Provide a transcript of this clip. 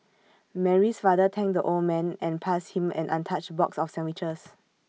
Mary's father thanked the old man and passed him an untouched box of sandwiches